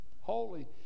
Holy